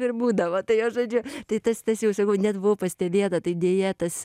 ir būdavo tai jos žaidžiu tai tas tas jau sakau net buvo pastebėta tai deja tas